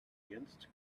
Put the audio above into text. against